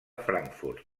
frankfurt